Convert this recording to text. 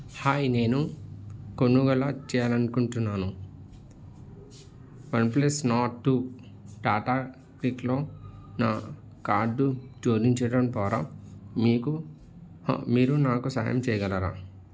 hi నేను కొనుగోలు చేయాలి అనుకుంటున్నాను వన్ప్లస్ నార్డ్ టూ టాటా క్లిక్లో నా కార్డు జోడించడం ద్వారా మీకు మీరు నాకు సహాయం చేయగలరా